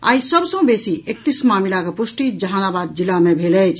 आइ सभ सॅ बेसी एकतीस मामिलाक पुष्टि जहानाबाद जिला मे भेल अछि